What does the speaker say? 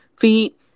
feet